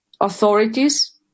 authorities